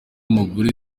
umugore